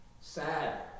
Sad